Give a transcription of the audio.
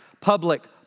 public